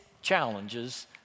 challenges